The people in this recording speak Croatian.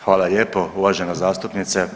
Hvala lijepo uvažena zastupnice.